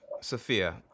Sophia